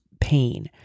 pain